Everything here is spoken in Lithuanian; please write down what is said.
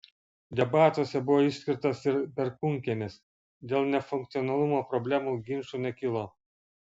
debatuose buvo išskirtas ir perkūnkiemis dėl nefunkcionalumo problemų ginčų nekilo